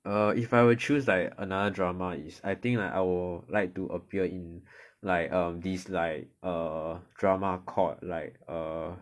err if I will choose like another drama is I think I will like to appear in like err this like err drama called like err